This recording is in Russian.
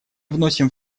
вносим